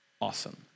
Awesome